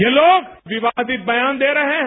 ये लोग विवादित बयान दे रहे हैं